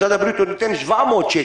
משרד הבריאות נותן 700 שקל.